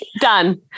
Done